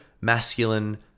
masculine